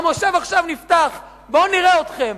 המושב עכשיו נפתח, בואו נראה אתכם.